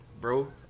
bro